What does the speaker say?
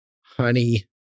honey